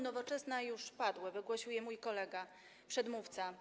Nowoczesna już padły, wygłosił je mój kolega, przedmówca.